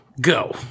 go